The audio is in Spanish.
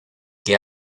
que